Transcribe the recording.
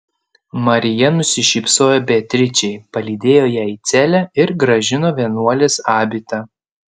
marija nusišypsojo beatričei palydėjo ją į celę ir grąžino vienuolės abitą